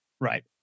Right